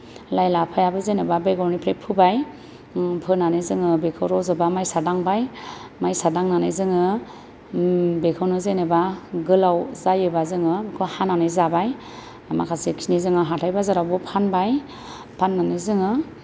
लाइ लाफायाबो जेनेबा बेगरनिफ्राय फोबाय फोनानै जोङो बेखौ रजबा माइसा दांबाय माइसा दांनानै जोङो बेखौनो जेनेबा गोलाव जायोबा जोङो बेखौ हानानै जाबाय माखासेखिनि जोङो हाथाय बाजारावबो फानबाय फान्नानै जोङो